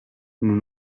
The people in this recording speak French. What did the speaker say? nous